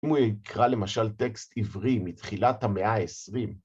אם הוא יקרא למשל טקסט עברי מתחילת המאה העשרים...